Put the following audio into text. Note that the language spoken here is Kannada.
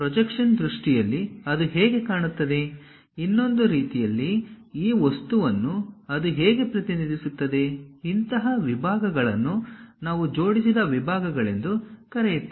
ಪ್ರೊಜೆಕ್ಷನಲ್ ದೃಷ್ಟಿಯಲ್ಲಿ ಅದು ಹೇಗೆ ಕಾಣುತ್ತದೆ ಇನ್ನೊಂದು ರೀತಿಯಲ್ಲಿ ಈ ವಸ್ತುವನ್ನು ಅದು ಹೇಗೆ ಪ್ರತಿನಿಧಿಸುತ್ತದೆ ಇಂತಹ ವಿಭಾಗಗಳನ್ನು ನಾವು ಜೋಡಿಸಿದ ವಿಭಾಗಗಳೆಂದು ಕರೆಯುತ್ತೇವೆ